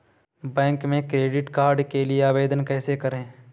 Bank में credit card के लिए आवेदन कैसे करें?